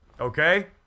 Okay